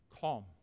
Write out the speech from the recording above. Calm